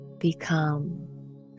become